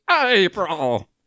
April